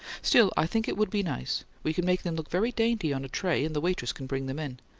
still, i think it would be nice. we can make them look very dainty, on a tray, and the waitress can bring them in.